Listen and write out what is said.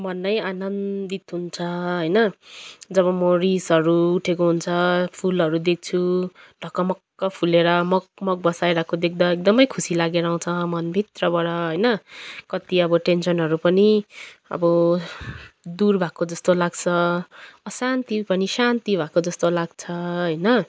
मन नै आनन्दित हुन्छ होइन जब म रिसहरू उठेको हुन्छ फुलहरू देख्छु ढकमक्क फुलेर मगमग बसाइरहेको देख्दा एकदमै खुसी लागेर आउँछ मनभित्रबाट होइन कत्ति अब टेन्सनहरू पनि अब दुर भएको जस्तो लाग्छ अशान्ति पनि शान्ति भएको जस्तो लाग्छ होइन